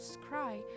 cry